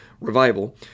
revival